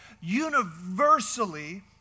Universally